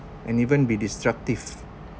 and even be destructive